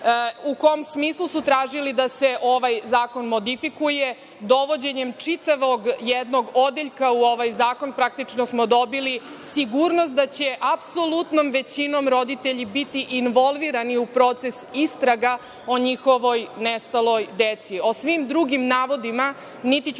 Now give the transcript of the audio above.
u kom smislu su tražili da se ovaj zakon modifikuje. Dovođenjem čitavog jednog odeljka u ovaj zakon praktično smo dobili sigurnost da će apsolutnom većinom roditelji biti involvirani u proces istraga o njihovoj nestaloj deci.O